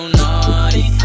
naughty